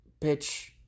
bitch